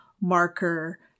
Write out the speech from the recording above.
marker